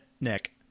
nick